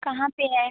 कहाँ पर है